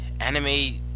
anime